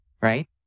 Right